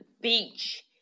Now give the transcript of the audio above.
beach